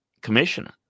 commissioner